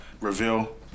reveal